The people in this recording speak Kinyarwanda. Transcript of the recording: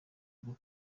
bwo